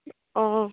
অঁ